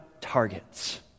targets